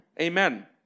amen